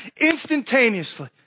instantaneously